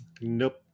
nope